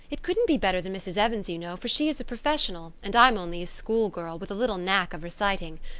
it couldn't be better than mrs. evans's, you know, for she is a professional, and i'm only a schoolgirl, with a little knack of reciting.